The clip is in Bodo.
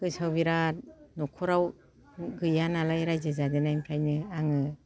गोसोआव बेराद न'खराव गैया नालाय रायजो जाजेननायनिफ्रायनो आङो